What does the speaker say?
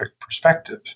perspective